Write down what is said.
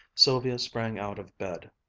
sylvia sprang out of bed,